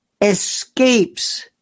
escapes